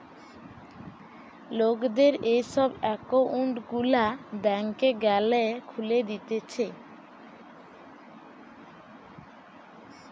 লোকদের এই সব একউন্ট গুলা ব্যাংকে গ্যালে খুলে দিতেছে